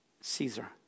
Caesar